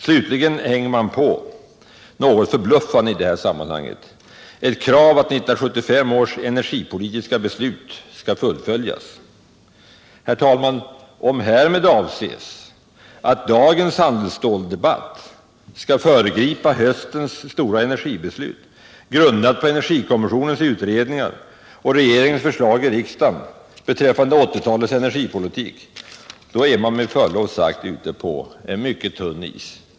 Slutligen hänger man på — vilket är något förbluffande i det här sammanhanget — ett krav på att 1975 års energipolitiska beslut skall Herr talman! Om man med kravet rörande det energipolitiska beslutet avser att dagens handelsstålsdebatt skall föregripa höstens stora energipolitiska beslut, grundat på energikommissionens utredningar och regeringens kommande förslag i riksdagen beträffande 1980-talets energipolitik, då är man med förlov sagt ute på en mycket tunn is.